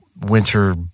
winter